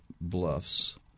Bluffs